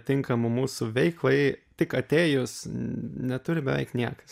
tinkamų mūsų veiklai tik atėjus neturi beveik niekas